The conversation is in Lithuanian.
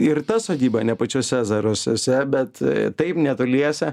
ir ta sodyba ne pačiuose zarasuose bet taip netoliese